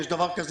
יש דבר כזה.